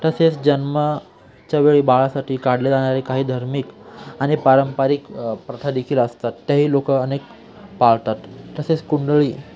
तसेच जन्माच्या वेळी बाळासाठी काढले जाणारे काही धार्मिक आणि पारंपरिक प्रथादेखील असतात तेही लोक अनेक पाळतात तसेच कुंडली